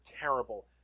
terrible